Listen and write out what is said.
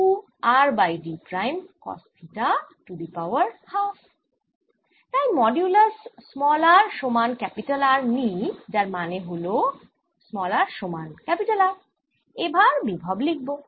তাই modulus r সমান R নিই যার মানে হল r সমান R এবার বিভব লিখি